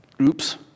Oops